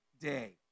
day